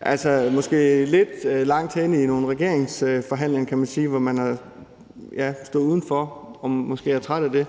Det er måske lidt langt henne i nogle regeringsforhandlinger, kan man sige, hvor de har stået udenfor og måske er træt af det.